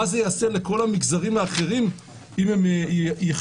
ומה זה יעשה לכל המגזרים האחרים אם הם יבואו.